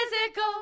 Physical